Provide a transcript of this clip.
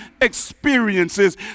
experiences